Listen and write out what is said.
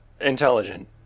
intelligent